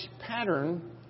pattern